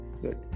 good